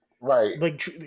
Right